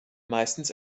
meistens